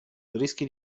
rischi